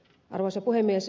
arvoisa puhemies